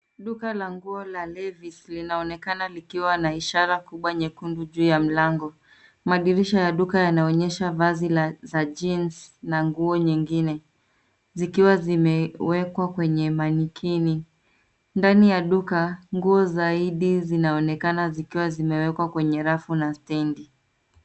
Duka la nguo la Levis linaonekana likiwa na ishara kubwa nyekundu juu ya mlango. Madirisha ya duka yanaonyesha vazi za jeans na nguo nyingine, zikiwa zimewekwa kwenye manikini. Ndani ya duka, nguo zaidi zinaonekana zikiwa zimewekwa kwenye rafu na standi.